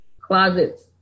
closets